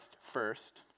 first